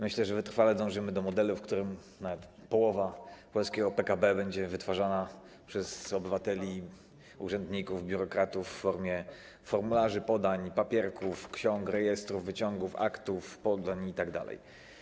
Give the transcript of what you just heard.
Myślę, że wytrwale dążymy do modelu, w którym nawet połowa polskiego PKB będzie wytwarzana przez obywateli urzędników, biurokratów w formie formularzy, podań, papierków, ksiąg, rejestrów, wyciągów, aktów, podań itd.